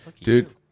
dude